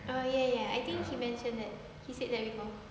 oh ya ya I think he mentioned that he said that before